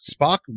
Spock